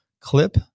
clip